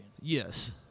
Yes